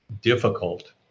difficult